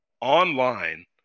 online